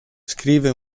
scrive